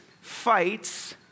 fights